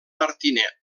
martinet